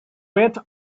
went